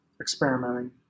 experimenting